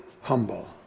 humble